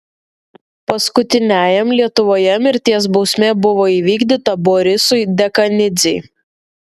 paskutiniajam lietuvoje mirties bausmė buvo įvykdyta borisui dekanidzei